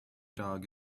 dog